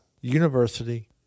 University